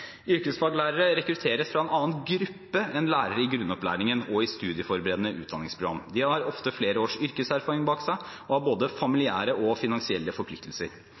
Yrkesfaglærere rekrutteres fra en annen gruppe enn lærere i grunnopplæringen og i studieforberedende utdanningsprogram. De har ofte flere års yrkeserfaring bak seg og har både familiære og finansielle forpliktelser.